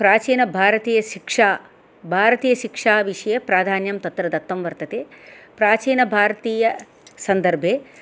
प्राचीनभारतीयसिक्षा भारतीयशिक्षाविषये प्राधान्यं तत्र दत्तं वर्तते प्राचीनभारतीयसन्दर्भे